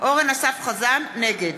נגד